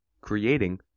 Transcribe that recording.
creating